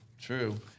true